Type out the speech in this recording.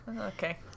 Okay